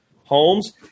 homes